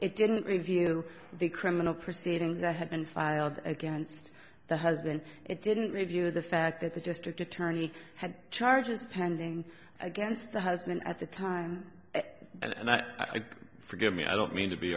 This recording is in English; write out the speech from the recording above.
it didn't review the criminal proceedings that had been filed against the husband it didn't review the fact that the district attorney had charges pending against the husband at the time and i forgive me i don't mean to be